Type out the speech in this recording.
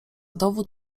dowód